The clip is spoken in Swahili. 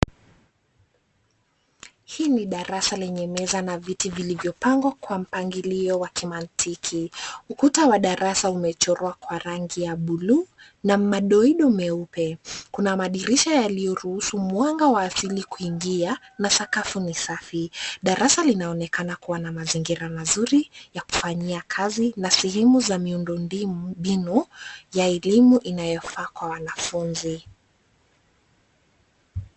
Hii ni darasa lenye meza na viti vilivyopangwa kwa mpangilio wa kimantiki. Ukuta wa darasa umechorwa kwa rangi ya buluu na madoido meupe. Kuna madirisha yaliyoruhusu mwanga wa asili kuingia na sakafu ni safi. Darasa linaonekana kuwa na mazingira mazuri ya kufanyia kazi na sehemu za miundombinu ya elimu inayofaa kwa wanafunzi.